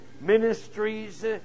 ministries